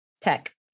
Tech